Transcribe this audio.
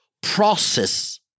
process